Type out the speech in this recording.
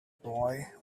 boy